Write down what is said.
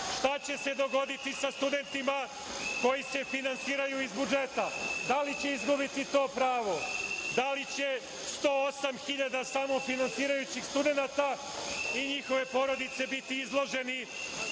Šta će se dogoditi sa studentima koji se finansiraju iz budžeta? Da li će izgubiti to pravo? Da li će 108 hiljada samofinansirajućih studenata i njihove porodice biti izloženi